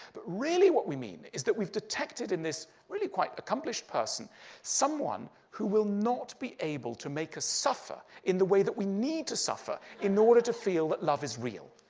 but really what we mean is that we've detected in this really quite accomplished person someone who will not be able to make us suffer in the way that we need to suffer in order to feel that love is real.